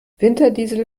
winterdiesel